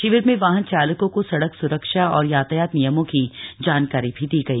शिविर में वाहन चालकों को सड़क स्रक्षा और यातायात नियमों की जानकारी भी दी गई